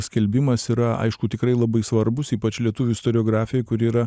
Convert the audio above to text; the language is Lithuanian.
skelbimas yra aišku tikrai labai svarbus ypač lietuvių istoriografijai kuri yra